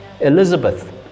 Elizabeth